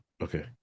Okay